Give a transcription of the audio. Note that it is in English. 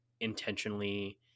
intentionally